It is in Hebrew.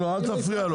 אני לא הפרעתי.